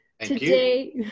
today